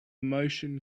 motion